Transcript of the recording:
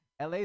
LA